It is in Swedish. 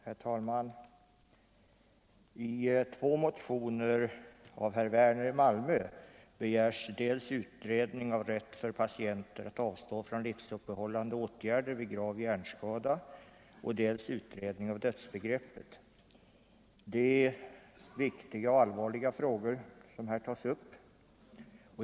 Herr talman! I två motioner av herr Werner i Malmö begärs dels utredning av rätt för patienter att avstå från livsuppehållande åtgärder vid grav hjärnskada, dels utredning av dödsbegreppet. Det är viktiga och allvarliga frågor som här tas upp.